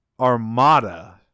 Armada